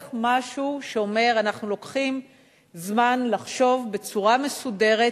צריך משהו שאומר: אנחנו לוקחים זמן לחשוב בצורה מסודרת